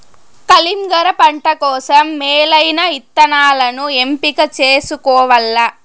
కలింగర పంట కోసం మేలైన ఇత్తనాలను ఎంపిక చేసుకోవల్ల